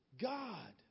God